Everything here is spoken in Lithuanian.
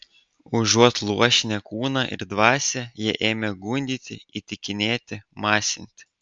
užuot luošinę kūną ir dvasią jie ėmė gundyti įtikinėti masinti